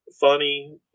funny